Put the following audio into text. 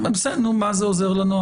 מה זה עוזר לנו?